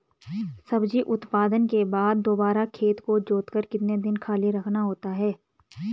सब्जी उत्पादन के बाद दोबारा खेत को जोतकर कितने दिन खाली रखना होता है?